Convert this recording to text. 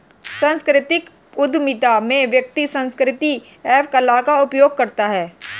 सांस्कृतिक उधमिता में व्यक्ति संस्कृति एवं कला का उपयोग करता है